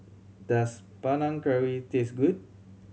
does Panang Curry taste good